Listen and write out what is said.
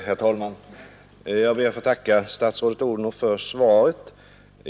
Herr talman! Jag ber att få tacka statsrådet fru Odhnoff för svaret.